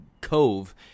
cove